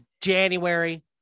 January